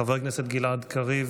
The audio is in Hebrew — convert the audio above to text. חבר הכנסת גלעד קריב,